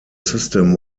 system